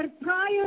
prior